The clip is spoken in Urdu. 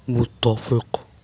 متفق